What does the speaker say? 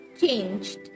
Changed